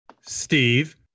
Steve